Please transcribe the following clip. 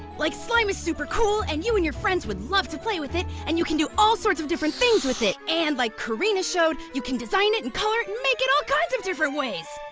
like, slime is super cool, and you and your friends would love to play with it, and you can do all sorts of different things with it, and like karina showed, you can design it and color it and make it all kinds of different ways!